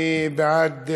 מי בעד?